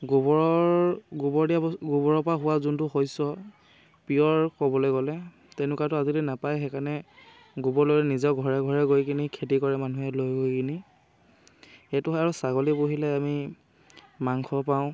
গোবৰৰ গোবৰ দিয়া গোবৰৰ পৰা হোৱা যোনটো শস্য পিয়ৰ ক'বলে গ'লে তেনেকুৱাটো আজিকালি নাপায় সেইকাৰণে গোবৰলৈ নিজৰ ঘৰে ঘৰে গৈ কিনি খেতি কৰে মানুহে লৈ হৈ কিনি সেইটো হয়ে আৰু ছাগলী পুহিলে আমি মাংস পাওঁ